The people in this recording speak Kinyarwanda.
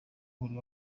buri